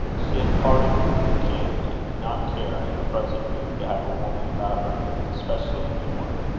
she had parted with jane, and did not care, in her present mood, to have a woman about her, especially a new one.